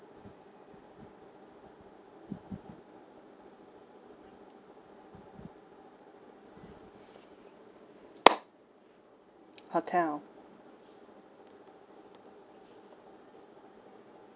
hotel